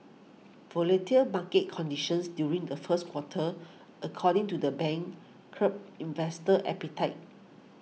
volatile market conditions during the first quarter according to the bank curbed investor appetite